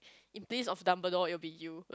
in place of Dumbledore it will be you